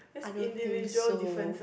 I don't think so